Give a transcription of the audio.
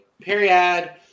Period